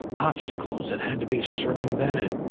obstacles that had to be circumvented.